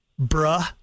bruh